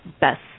best